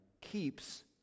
keeps